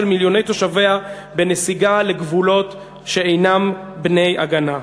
מיליוני תושביה בנסיגה לגבולות שאינם בני-הגנה.